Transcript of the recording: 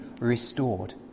restored